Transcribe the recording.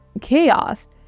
chaos